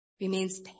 remains